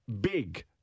big